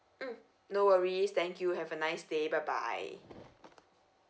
mm no worries thank you have a nice day bye bye